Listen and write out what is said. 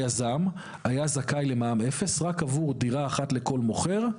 היזם היה זכאי למע"מ אפס רק עבור דירה אחת לכל מוכר,